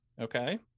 Okay